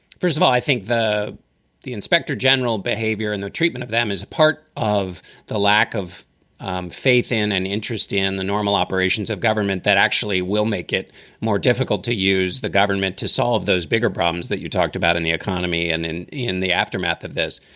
first of all, i think the the inspector general behavior in the treatment of them is a part of the lack of um faith in an interest in the normal operations of government that actually will make it more difficult to use the government to solve those bigger problems that you talked about in the economy and in in the aftermath of this.